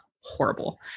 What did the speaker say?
horrible